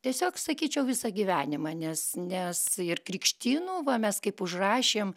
tiesiog sakyčiau visą gyvenimą nes nes ir krikštynų va mes kaip užrašėm